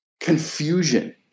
confusion